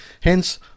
Hence